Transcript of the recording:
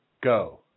go